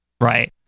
Right